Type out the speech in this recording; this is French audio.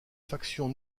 faction